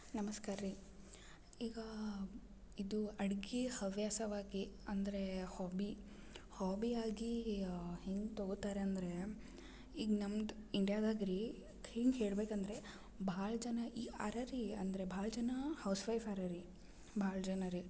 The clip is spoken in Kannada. ನಮಸ್ಕಾರ ರೀ ಈಗಾ ಇದು ಅಡಿಗೆ ಹವ್ಯಾಸವಾಗಿ ಅಂದರೆ ಹಾಬಿ ಹಾಬಿ ಆಗೀ ಹೆಂಗೆ ತಗೊತಾರೆ ಅಂದರೆ ಈಗ ನಮ್ದು ಇಂಡಿಯಾದಾಗ ರೀ ಹಿಂಗ ಹೇಳ್ಬೇಕಂದರೆ ಭಾಳ ಜನ ಈ ಅರ ರೀ ಅಂದ್ರ ಭಾಳ ಜನ ಹೌಸ್ ವೈಫ್ ಅರ ರೀ ಭಾಳ ಜನ ರೀ